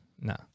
no